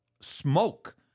smoke